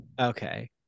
Okay